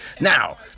Now